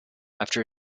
after